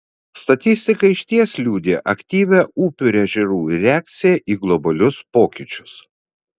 statistika išties liudija aktyvią upių ir ežerų reakciją į globalius pokyčius